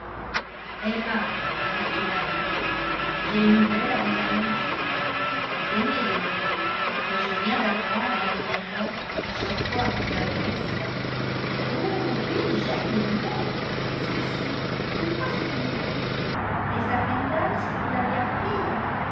emma dit m khightley j'ai une nouvelle à vous annoncer vous aimez les nouvelles et je viens d'apprendre un événement qui je crois vous intéressera oh oui j'aime les nouvelles qu'est-ce que c'est pourquoi souriez-vous est-ce à randalls que vous l'avez apprise